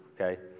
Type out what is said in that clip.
okay